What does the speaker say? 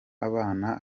abana